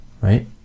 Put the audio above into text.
right